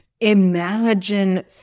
imagine